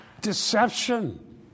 deception